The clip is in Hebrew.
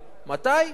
כשתתפנה.